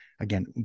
Again